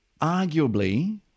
arguably